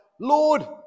Lord